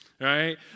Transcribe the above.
right